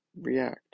react